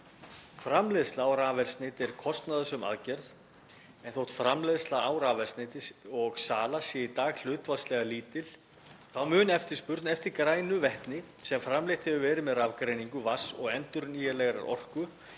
Framleiðsla á rafeldsneyti er kostnaðarsöm aðgerð en þótt framleiðsla á rafeldsneyti og sala sé í dag hlutfallslega lítil þá mun eftirspurn eftir grænu vetni, sem framleitt hefur verið með rafgreiningu vatns og endurnýjanlegri orku,